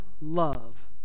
love